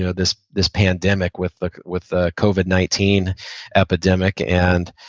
you know this this pandemic with the with the covid nineteen epidemic, and